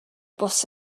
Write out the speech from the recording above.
bws